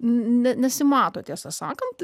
nesimato tiesą sakant